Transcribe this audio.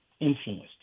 influenced